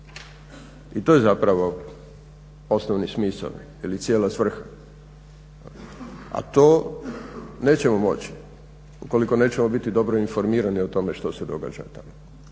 I to je zapravo osnovni smisao ili cijela svrha. A to nećemo moći ukoliko nećemo biti dobro informirani o tome što se događa tamo.